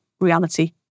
reality